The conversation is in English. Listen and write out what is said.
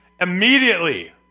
immediately